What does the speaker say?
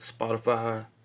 spotify